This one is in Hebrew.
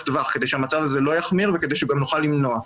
טווח כדי שהמצב הזה לא יחמיר וכדי שגם נוכל למנוע.